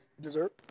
Dessert